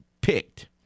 picked